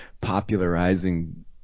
popularizing